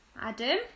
Adam